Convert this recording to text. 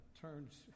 turns